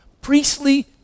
priestly